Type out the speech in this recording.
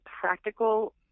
practical